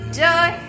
joy